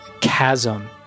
chasm